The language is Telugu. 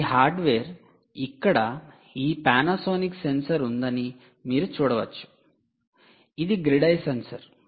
ఈ హార్డ్వేర్ ఇక్కడ ఈ పానాసోనిక్ సెన్సార్ ఉందని మీరు చూడవచ్చు ఇది గ్రిడ్ ఐ సెన్సార్